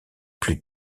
plus